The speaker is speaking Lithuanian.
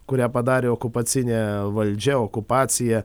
kurią padarė okupacinė valdžia okupacija